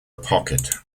pocket